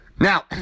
Now